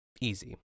Easy